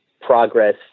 progress